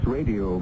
Radio